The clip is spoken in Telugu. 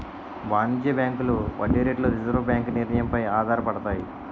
వాణిజ్య బ్యాంకుల వడ్డీ రేట్లు రిజర్వు బ్యాంకు నిర్ణయం పై ఆధారపడతాయి